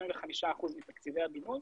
25% מתקציבי הבינוי,